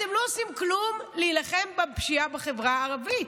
אתם לא עושים כלום להילחם בפשיעה בחברה הערבית.